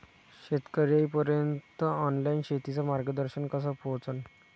शेतकर्याइपर्यंत ऑनलाईन शेतीचं मार्गदर्शन कस पोहोचन?